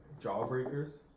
jawbreakers